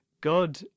God